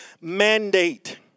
mandate